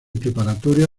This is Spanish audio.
preparatoria